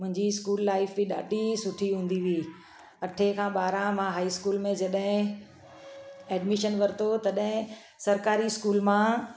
मुंहिंजी school life बि ॾाढी सुठी हूंदी हुई अठे खां ॿारहं मां हाई स्कूल में जॾहिं एडमिशन वरितो तॾहिं सरकारी स्कूल मां